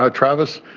ah travis,